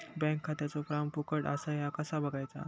Bank खात्याचो form फुकट असा ह्या कसा बगायचा?